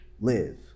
live